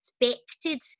expected